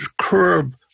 curb